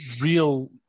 real